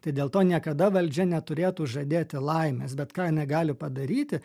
tai dėl to niekada valdžia neturėtų žadėti laimės bet ką jinai gali padaryti